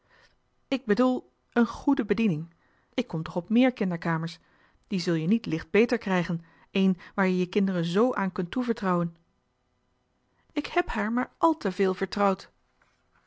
ik bedoel een goede bediening ik kom toch op meer kinderkamers die zul je niet licht beter krijgen een waar je je kinderen z aan kunt toevertrouwen johan de meester de zonde in het deftige dorp ik heb haar maar al te veel vertrouwd